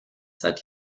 seit